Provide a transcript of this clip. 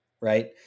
right